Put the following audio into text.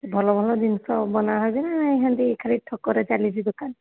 ଭଲ ଭଲ ଜିନିଷ ବନା ହେଉଛି ନା ନାଇଁ ହେନ୍ତି ଖାଲି ଠକରେ ଚାଲିଛି ଦୋକାନ